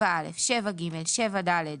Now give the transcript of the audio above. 7א, 7ג, 7ד,